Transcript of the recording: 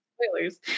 Spoilers